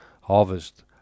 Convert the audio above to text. Harvest